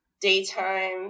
daytime